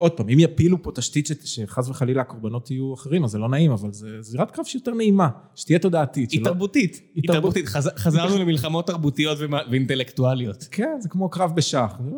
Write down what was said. עוד פעם, אם יפילו פה תשתית שחס וחלילה הקורבנות יהיו אחרים, אז זה לא נעים, אבל זה זירת קרב שיותר נעימה, שתהיה תודעתית. היא תרבותית. היא תרבותית, חזרנו למלחמות תרבותיות ואינטלקטואליות. כן, זה כמו קרב בשח.